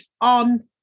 on